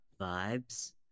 vibes